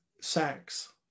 sex